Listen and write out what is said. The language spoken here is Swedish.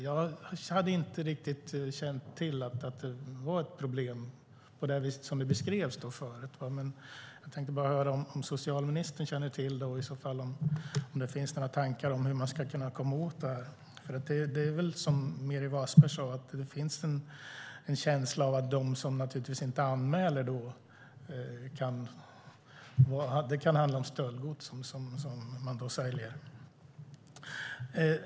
Jag kände inte till att det var ett problem på det sätt som det beskrevs förut. Jag tänkte bara höra om socialministern kände till det och om det i så fall finns några tankar på hur man ska komma åt det. Som Meeri Wasberg sade finns det en känsla av att det när det gäller dem som inte anmäler kan handla om stöldgods som man säljer.